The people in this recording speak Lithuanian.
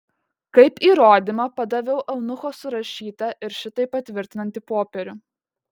kaip įrodymą padaviau eunucho surašytą ir šitai patvirtinantį popierių